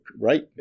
right